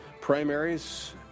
primaries